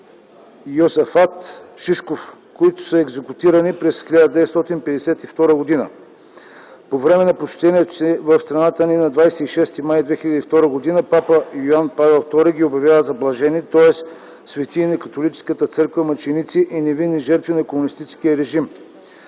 Йосафат Шишков, които са екзекутирани през 1952 г. По време на посещението си в страната ни на 26 май 2002 г. папа Йоан Павел II ги обявява за блажени, т.е. светии на католическата църква, мъченици и невинни жертви на комунистическия режим.